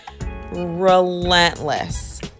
relentless